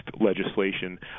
legislation